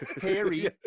Harry